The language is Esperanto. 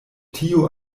tiu